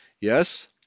Yes